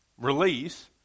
release